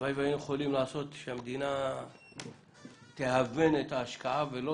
הלוואי שהיינו יכולים שהמדינה תהוון את השקעה ולא